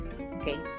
okay